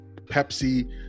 Pepsi